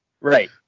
Right